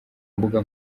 mbuga